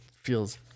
feels